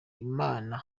imana